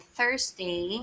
Thursday